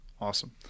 Awesome